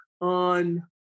on